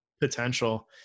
potential